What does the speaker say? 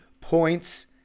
points